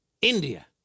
India